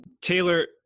Taylor